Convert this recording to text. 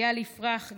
איל יפרח,